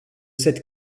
cette